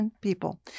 people